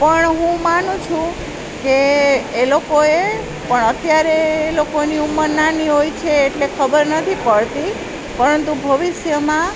પણ હું માનું છું કે એ લોકોએ પણ અત્યારે એ લોકોની ઉંમર નાની હોય છે એટલે ખબર નથી પડતી પરંતુ ભવિષ્યમાં